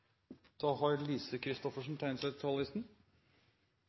då har eg